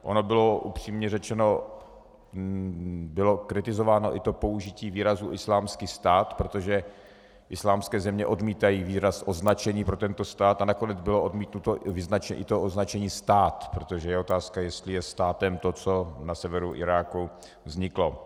Ono bylo, upřímně řečeno, kritizováno i to použití výrazu Islámský stát, protože islámské země odmítají výraz označení pro tento stát, a nakonec bylo odmítnuto i to označení stát, protože je otázka, jestli je státem to, co na severu Iráku vzniklo.